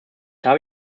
habe